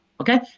Okay